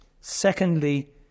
Secondly